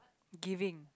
giving